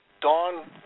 Dawn